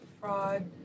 fraud